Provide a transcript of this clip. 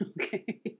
Okay